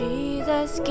Jesus